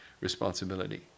responsibility